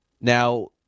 Now